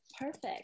perfect